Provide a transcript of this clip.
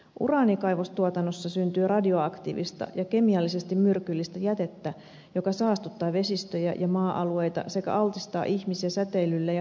uraanikaivostuotannossa syntyy radioaktiivista ja kemiallisesti myrkyllistä jätettä joka saastuttaa vesistöjä ja maa alueita sekä altistaa ihmisiä säteilylle ja raskasmetalleille